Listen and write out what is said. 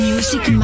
Music